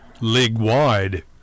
league-wide